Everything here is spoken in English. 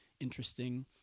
interesting